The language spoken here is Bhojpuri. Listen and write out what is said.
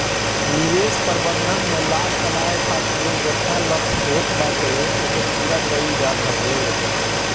निवेश प्रबंधन में लाभ कमाए खातिर जेतना लक्ष्य होत बाटे ओके पूरा कईल जात हवे